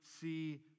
see